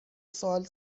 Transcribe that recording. سال